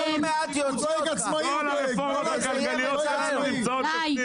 כל הרפורמות הכלכליות שלהם נמצאות בתקציב,